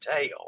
tail